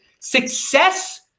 success